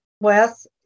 Wes